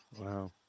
wow